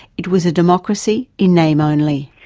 it was a democracy in name only.